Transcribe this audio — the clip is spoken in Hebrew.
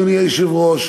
אדוני היושב-ראש,